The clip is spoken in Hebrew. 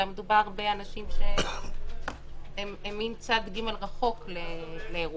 אלא מדובר באנשים שהם מין צד ג' רחוק לאירוע.